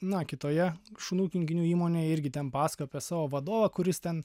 na kitoje šunų kinkinių įmonėj irgi ten paskakoja apie savo vadovą kuris ten